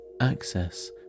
access